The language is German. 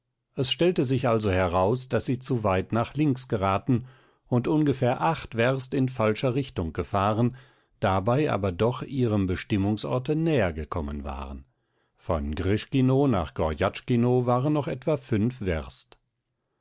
es stellte sich also heraus daß sie zu weit nach links geraten und ungefähr acht werst in falscher richtung gefahren dabei aber doch ihrem bestimmungsorte näher gekommen waren von grischkino nach gorjatschkino waren noch etwa fünf werst